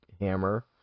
Hammer